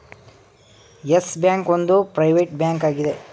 Yes Bank ಒಂದು private bank ಆಗಿದೆ